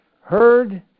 heard